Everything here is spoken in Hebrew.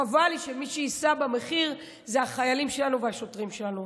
חבל לי שמי שיישא במחיר זה החיילים והשוטרים שלנו.